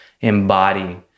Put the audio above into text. embody